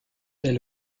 est